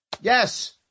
Yes